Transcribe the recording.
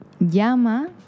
Llama